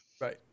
Right